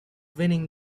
winning